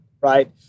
right